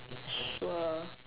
sure